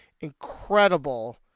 incredible